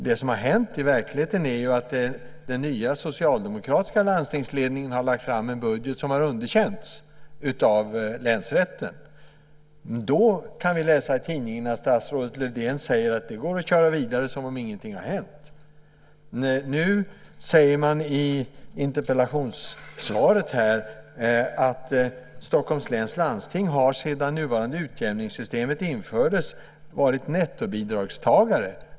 Det som har hänt i verkligheten är att den nya socialdemokratiska landstingsledningen har lagt fram en budget som har underkänts av länsrätten. Då kan vi läsa i tidningen att statsrådet Lövdén säger att det går att köra vidare som om ingenting har hänt. Nu säger man i interpellationssvaret att Stockholms läns landsting sedan nuvarande utjämningssystemet infördes har varit nettobidragstagare.